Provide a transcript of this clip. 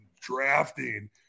drafting